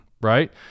right